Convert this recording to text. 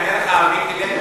אבל על זה יענה לך מיקי לוי.